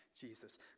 Jesus